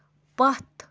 پَتھ